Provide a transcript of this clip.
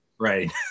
right